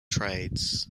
trades